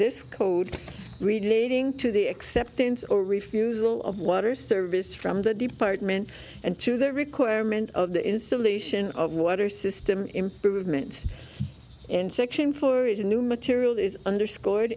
this code relating to the acceptance or refusal of water service from the department and to the requirement of the installation of water system improvement in section four is new material is underscored